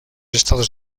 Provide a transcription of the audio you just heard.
estados